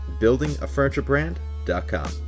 buildingafurniturebrand.com